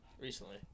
Recently